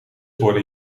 worden